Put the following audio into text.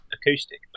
acoustic